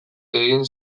egin